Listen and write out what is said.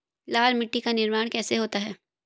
लाल मिट्टी का निर्माण कैसे होता है?